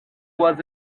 was